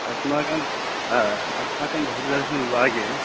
अस्माकं अस्माकं बौद्धदर्शनविभागे